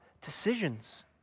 decisions